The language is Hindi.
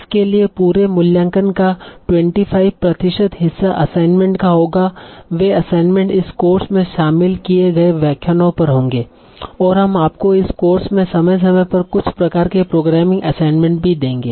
इसके लिए पूरे मूल्यांकन का 25 प्रतिशत हिस्सा असाइनमेंट का होगा वे असाइनमेंट इस कोर्स में शामिल किए गए व्याख्यानों पर होंगे और हम आपको इस कोर्स में समय समय पर कुछ प्रकार के प्रोग्रामिंग असाइनमेंट भी देंगे